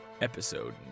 episode